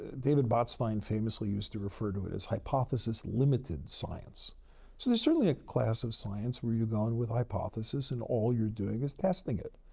david botstein famously used to refer to it as hypothesis-limited science, so there's certainly a class of science where you go in with a hypothesis and all you're doing is testing it.